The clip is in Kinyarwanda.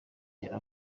rya